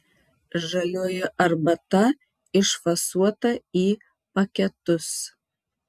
žalioji arbata išfasuota į paketus